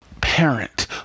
parent